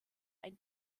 ein